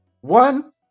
one